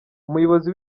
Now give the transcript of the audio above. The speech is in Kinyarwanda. umuyobozi